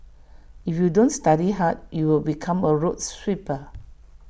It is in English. if you don't study hard you will become A road sweeper